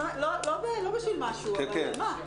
לא בשביל משהו, אבל למה?